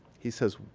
he says,